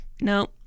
no